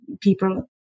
people